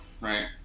right